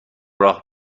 راه